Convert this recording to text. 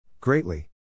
Greatly